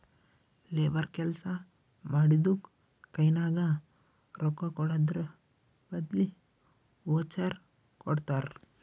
labour ಕೆಲ್ಸಾ ಮಾಡಿದ್ದುಕ್ ಕೈನಾಗ ರೊಕ್ಕಾಕೊಡದ್ರ್ ಬದ್ಲಿ ವೋಚರ್ ಕೊಡ್ತಾರ್